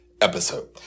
episode